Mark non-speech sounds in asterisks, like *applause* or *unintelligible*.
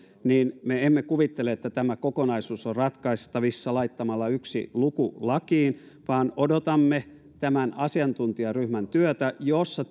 ja me emme kuvittele että tämä kokonaisuus on ratkaistavissa laittamalla yksi luku lakiin vaan odotamme tämän asiantuntijaryhmän työtä jossa *unintelligible*